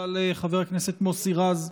ראשית, תודה לחבר הכנסת מוסי רז,